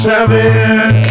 Seven